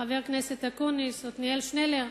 חבר הכנסת אקוניס, עתניאל שנלר,